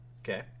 okay